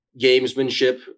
gamesmanship